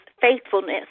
faithfulness